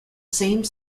same